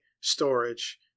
storage